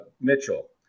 Mitchell